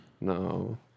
No